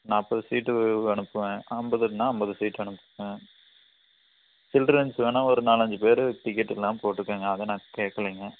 நாற்பது சீட்டு அனுப்புவேன் ஐம்பதுனா ஐம்பது சீட்டு அனுப்புவேன் சில்ரன்ஸ் வேணால் ஒரு நாலஞ்சு பேர் டிக்கெட் இல்லாமல் போட்டுக்கோங்க அதை நான் கேட்கலைங்க